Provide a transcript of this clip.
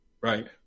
right